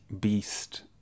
beast